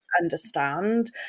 understand